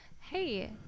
Hey